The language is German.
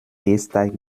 gehsteig